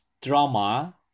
drama